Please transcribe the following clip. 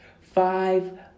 Five